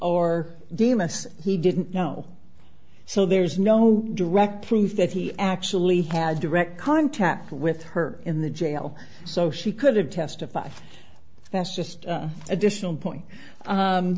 or demas he didn't know so there's no direct proof that he actually had direct contact with her in the jail so she could have testified that's just additional point